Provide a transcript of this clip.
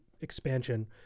expansion